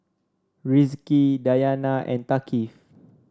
Rizqi Dayana and Thaqif